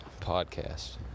podcast